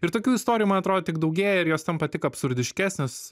ir tokių istorijų man atrodo tik daugėja ir jos tampa tik absurdiškesnės